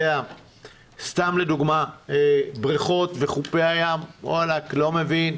סתם לדוגמה, בריכות וחופי הים, וואלכ, לא מבין.